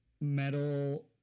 metal